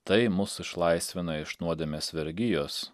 tai mus išlaisvina iš nuodėmės vergijos